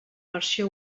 versió